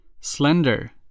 Slender